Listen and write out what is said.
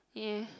yeah